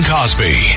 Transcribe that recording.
Cosby